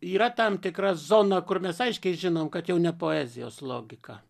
yra tam tikra zona kur mes aiškiai žinom kad jau ne poezijos logika